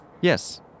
Yes